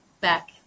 back